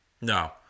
No